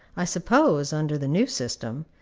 i suppose, under the new system,